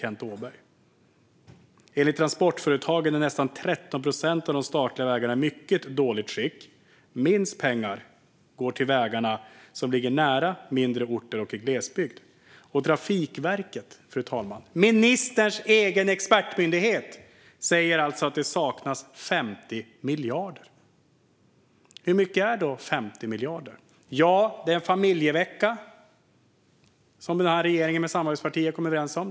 Enligt Transportföretagen är nästan 13 procent av de statliga vägarna i mycket dåligt skick. Minst pengar går till de vägar som ligger nära mindre orter och i glesbygd. Fru talman! Trafikverket, ministerns egen expertmyndighet, säger alltså att det saknas 50 miljarder. Hur mycket är då 50 miljarder? Jo, det är en familjevecka, något som den här regeringen med samarbetspartier kom överens om.